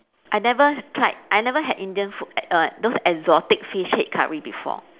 I never tried I never had indian food err those exotic fish head curry before